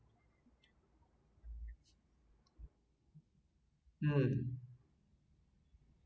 mm